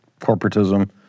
corporatism